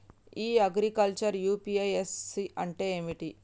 ఇ agriculture UPSC అంటే ఏమిటి?